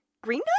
Green